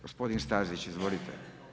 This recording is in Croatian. Gospodin Stazić, izvolite.